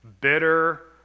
bitter